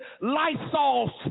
Lysol